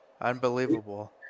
unbelievable